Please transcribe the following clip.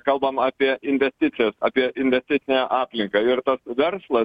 kalbam apie investicijas apie investicinę aplinką ir tas verslas